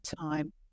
time